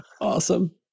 awesome